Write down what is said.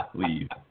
leave